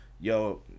Yo